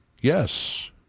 yes